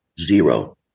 Zero